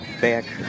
back